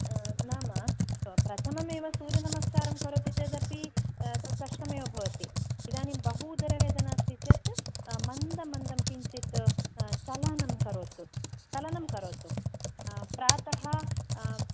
नाम प्रथममेव सूर्यनमस्कारं करोति चेदपि तत् कष्टमेव भवति इदानीं बहू उदरवेदना अस्ति चेत् मन्द मन्दं किञ्चित् चलनं करोतु चलनं करोतु प्रातः